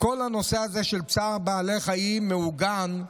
כל הנושא הזה של צער בעלי חיים מעוגן,